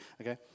okay